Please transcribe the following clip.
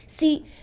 See